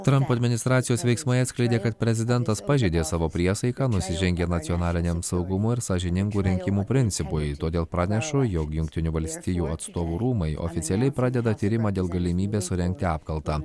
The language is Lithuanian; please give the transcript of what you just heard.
trampo administracijos veiksmai atskleidė kad prezidentas pažeidė savo priesaiką nusižengė nacionaliniam saugumui ir sąžiningų rinkimų principui todėl pranešu jog jungtinių valstijų atstovų rūmai oficialiai pradeda tyrimą dėl galimybės surengti apkaltą